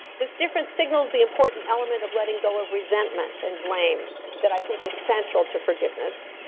this difference signals the important element of letting go of resentment and blame that i think is central to forgiveness.